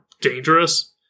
dangerous